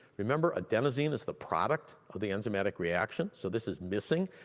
remember adenosine is the product of the enzymatic reaction, so this is missing,